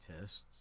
tests